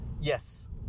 yes